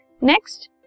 Next